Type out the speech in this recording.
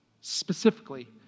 specifically